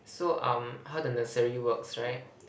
so um how the nursery works right